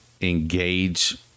engage